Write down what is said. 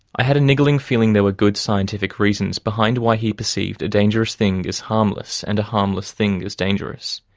i had a niggling feeling there were good, scientific reasons behind why he perceived a dangerous thing as harmless, and a harmless thing as dangerous.